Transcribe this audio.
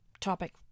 topic